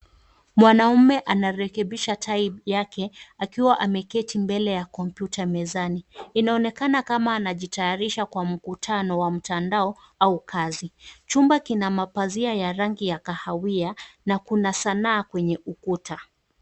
Mwanaume anarekebisha tai yake akiwa ameketi mbele ya kompyuta mezani. Inaonekana kama anajitayarisha kwa mkutano wa mtandao au kazi. Chumba kina mapazia ya rangi ya kahawia na kuna sanaa kwenye ukuta.